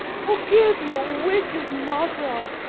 forgive your wicked mother.